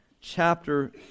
chapter